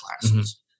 classes